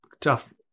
tough